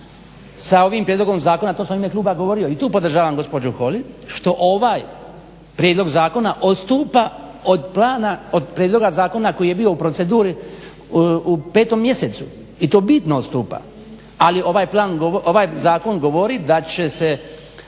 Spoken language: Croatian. sa ovim prijedlogom zakona, to sam i u ime kluba govorio i tu podržavam gospođu Holy, što ovaj prijedlog zakona odstupa od plana, od prijedloga zakona koji je bio u proceduri u 5. mjesecu i to bitno odstupa. Ali ovaj zakon govorio da će se,